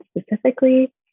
specifically